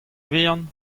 vihan